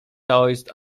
taoist